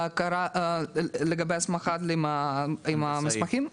לגבי הסמכת הנדסאי?